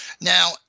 Now